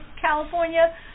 California